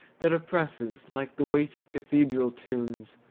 that oppresses, like the weight of cathedral tunes.